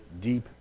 deep